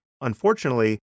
unfortunately